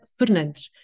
Fernandes